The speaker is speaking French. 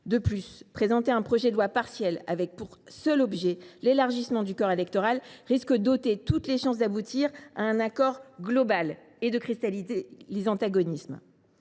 De plus, présenter un projet de loi partiel, ayant pour seul objet l’élargissement du corps électoral, risque de compromettre toutes les chances d’aboutir à un accord global et de cristalliser les antagonismes.